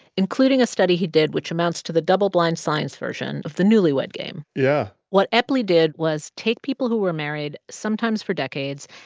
including a study he did which amounts to the double-blind science version of the newlywed game. yeah what epley did was take people who were married, sometimes for decades,